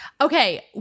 Okay